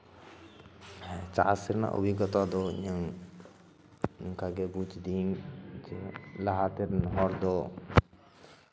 ᱦᱮᱸ ᱪᱟᱥ ᱨᱮᱱᱟᱝ ᱚᱵᱷᱤᱜᱚᱛᱟ ᱫᱚ ᱤᱧᱟᱹᱝ ᱱᱚᱝᱠᱟᱜᱮ ᱵᱩᱡᱽ ᱫᱟᱹᱧ ᱡᱮ ᱞᱟᱦᱟᱛᱮᱱ ᱦᱚᱲ ᱫᱚ